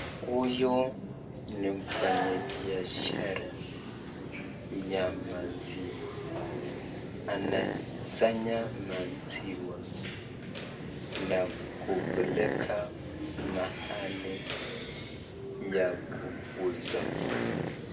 Huyu ni mfanyibiashara ya maziwa anasanya maziwa na kupeleka mahali ya kuuza.